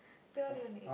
then what do you wanna eat